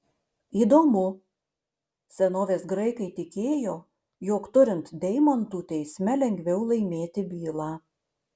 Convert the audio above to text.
įdomu senovės graikai tikėjo jog turint deimantų teisme lengviau laimėti bylą